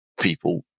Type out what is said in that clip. people